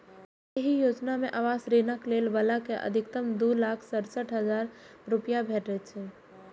एहि योजना मे आवास ऋणक लै बला कें अछिकतम दू लाख सड़सठ हजार रुपैया भेटै छै